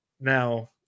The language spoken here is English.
now